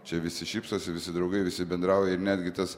čia visi šypsosi visi draugai visi bendrauja ir netgi tas